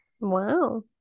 wow